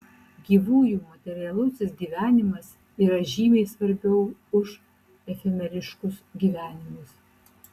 gyvųjų materialusis gyvenimas yra žymiai svarbiau už efemeriškus gyvenimus